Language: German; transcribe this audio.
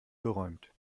geräumt